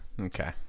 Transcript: okay